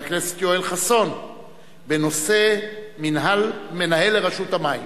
הכנסת יואל חסון בנושא: מנהל לרשות המים.